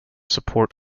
support